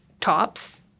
tops